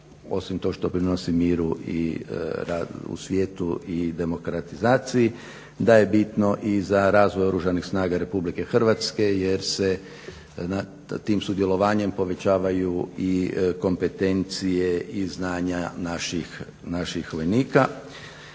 osim što doprinosi miru u svijetu i demokratizaciji da je bitno i za razvoj Oružanih snaga RH jer se tim sudjelovanjem povećavaju i kompetencije i znanja naših vojnika.